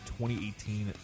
2018